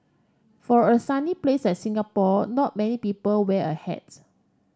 for a sunny places like Singapore not many people wear a hats